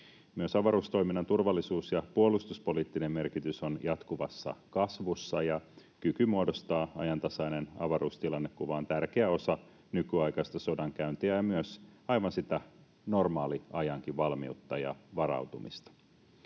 Myös avaruustoiminnan turvallisuus- ja puolustuspoliittinen merkitys on jatkuvassa kasvussa, ja kyky muodostaa ajantasainen avaruustilannekuva on tärkeä osa nykyaikaista sodankäyntiä ja myös aivan sitä normaaliajankin valmiutta ja varautumista.